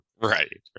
right